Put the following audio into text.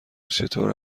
چطور